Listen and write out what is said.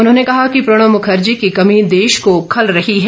उन्होंने कहा कि प्रणब मुखर्जी की कमी देश को खल रही है